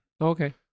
Okay